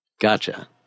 Gotcha